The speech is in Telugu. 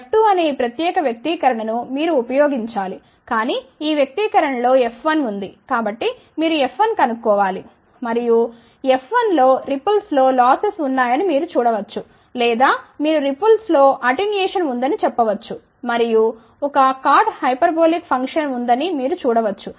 F2 అనే ఈ ప్రత్యేక వ్యక్తీకరణ ను మీరు ఉపయోగించాలి కానీ ఈ వ్యక్తీకరణ లో F1 ఉంది కాబట్టి మీరు F1 కనుక్కోవాలి మరియు F1లో రిపుల్స్ లో లాసెస్ ఉన్నాయని మీరు చూడ వచ్చు లేదా మీరు రిపుల్స్ లో అటెన్యుయేషన్ ఉందని చెప్పవచ్చు మరియు ఒక కాట్ హైపర్బోలిక్ ఫంక్షన్ ఉందని మీరు చూడ వచ్చు